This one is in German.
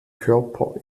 körper